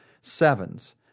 Sevens